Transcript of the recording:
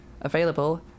available